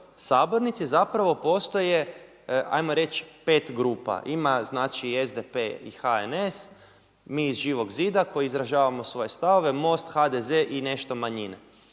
sabornici zapravo postoje 'ajmo reći pet grupa. Ima znači SDP i HNS, mi iz Živog zida koji izražavamo svoje stavove, MOST, HDZ i nešto manjine,